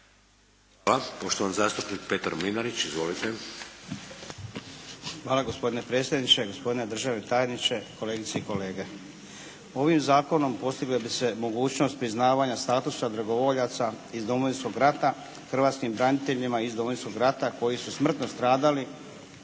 Hvala. Poštovani zastupnik Petar Mlinarić. Izvolite. **Mlinarić, Petar (HDZ)** Hvala gospodine predsjedniče, gospodine državni tajniče, kolegice i kolege. Ovim Zakonom postigla bi se mogućnost priznavanja statusa dragovoljaca iz Domovinskog rata, Hrvatskim braniteljima iz Domovinskog rata koji su smrtno stradali